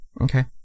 Okay